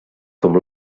com